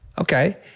Okay